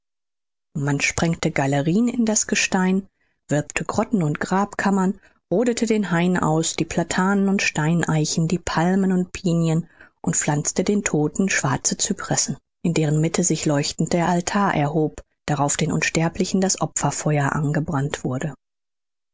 man sprengte galerien in das gestein wölbte grotten und grabkammern rodete den hain aus die platanen und steineichen die palmen und pinien und pflanzte den todten schwarze cypressen in deren mitte sich leuchtend der altar erhob darauf den unsterblichen das opferfeuer angebrannt wurde